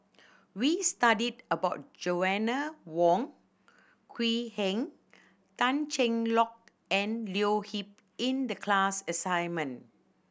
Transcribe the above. we studied about Joanna Wong Quee Heng Tan Cheng Lock and Leo Yip in the class assignment